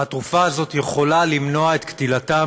והתרופה הזאת יכולה למנוע את קטילתם